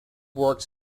works